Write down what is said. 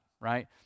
Right